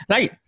Right